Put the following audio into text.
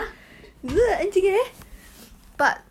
cause S_C_I he was my partner